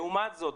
לעומת זאת,